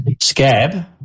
scab